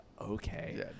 okay